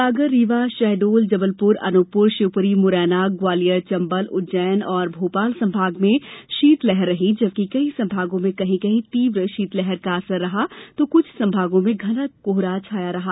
सागर रीवा शहडोल जबलपुर अनूपपुर शिवपुरी मुरैना ग्वालियर चंबल उज्जैन और भोपाल संभाग में शीतलहर रही जबकि कई संभागों में कहीं कहीं तीव्र शीतलहर का असर रहा तो कुछ संभागों में घना कोहरा छाया रहा